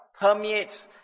permeates